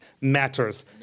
matters